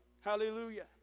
Hallelujah